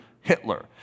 Hitler